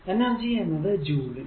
energy എന്നത് joule ൽ